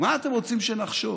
מה אתם רוצים שנחשוב?